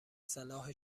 صلاح